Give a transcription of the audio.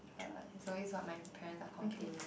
uh it's always what my parents are complaining ah